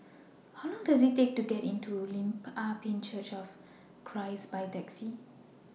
How Long Does IT Take to get to Lim Ah Pin Church of Christ By Taxi